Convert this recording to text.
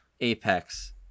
Apex